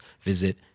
visit